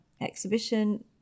exhibition